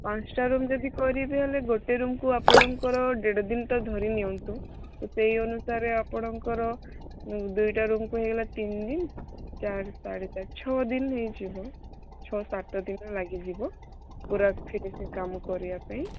ପାଞ୍ଚଟା ରୁମ୍ ଯଦି କରିବେ ହେଲେ ଗୋଟେ ରୁମ୍କୁ ଆପଣଙ୍କର ଦେଢ଼ ଦିନ ତ ଧରି ନିଅନ୍ତୁ ତ ସେଇ ଅନୁସାରେ ଆପଣଙ୍କର ଦୁଇଟା ରୁମ୍କୁ ହେଇଗଲା ତିନି ଦିନ ଚାରି ସାଢ଼େ ଚାରି ଛଅ ଦିନ ହୋଇଯିବ ଛଅ ସାତ ଦିନ ଲାଗିଯିବ ପୁରା ଫିନିସିଙ୍ଗ୍ କାମ କରିବା ପାଇଁ